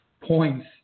points